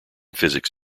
physics